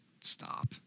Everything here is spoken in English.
stop